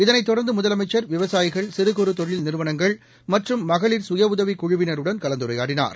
இதனைத் தொடர்ந்து முதலமைச்சர் விவசாயிகள் சிறு குறு தொழில் நிறுவனங்கள் மற்றும் மகளிர் சுய உதவிக் குழுவினருடன் கலந்துரையாடினார்